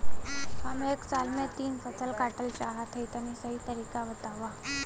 हम एक साल में तीन फसल काटल चाहत हइं तनि सही तरीका बतावा?